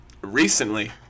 recently